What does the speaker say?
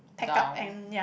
down